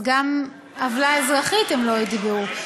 אז גם עוולה אזרחית הם לא יתבעו.